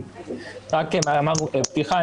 רק כמאמר פתיחה,